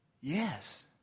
Yes